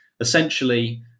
essentially